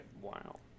Wow